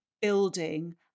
building